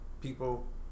People